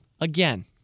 again